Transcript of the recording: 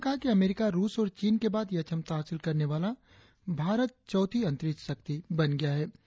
उन्होंने कहा कि अमरीका रुस और चीन के बाद यह क्षमता हासिल करने वाला भारत चौथी अंतरिक्ष शक्ति बन गया है